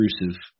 intrusive